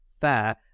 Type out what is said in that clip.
fair